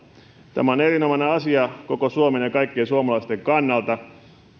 tämä on erinomainen asia koko suomen ja kaikkien suomalaisten kannalta